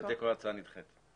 בתיקו ההצעה נדחית.